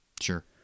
sure